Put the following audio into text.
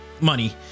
money